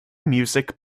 music